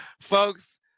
Folks